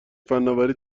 فنآوری